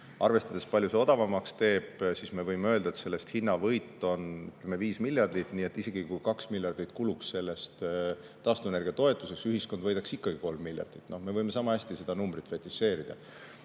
Arvestades, palju see odavamaks teeb, me võime öelda, et sellest hinnavõit on 5 miljardit, nii et isegi kui 2 miljardit kuluks sellest taastuvenergia toetuseks, siis ühiskond võidaks ikkagi 3 miljardit. Me võime sama hästi seda numbrit fetišeerida. Nii